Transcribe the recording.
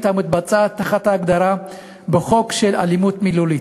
המתקיימת את ההגדרה בחוק של אלימות מילולית.